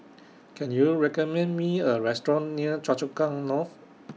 Can YOU recommend Me A Restaurant near Choa Chu Kang North